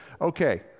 okay